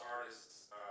artists